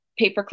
paperclip